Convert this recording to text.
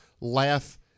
laugh